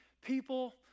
people